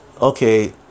okay